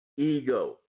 Ego